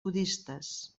budistes